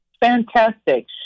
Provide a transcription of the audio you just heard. Fantastic